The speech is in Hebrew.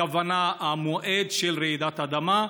הכוונה, המועד של רעידת האדמה,